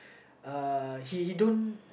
uh he he don't